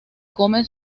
come